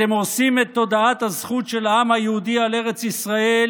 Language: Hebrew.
אתם הורסים את תודעת הזכות של העם היהודי על ארץ ישראל,